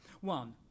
One